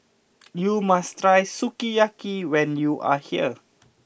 you must try Sukiyaki when you are here